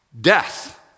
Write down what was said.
death